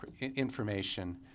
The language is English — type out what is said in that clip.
information